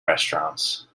restaurants